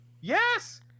yes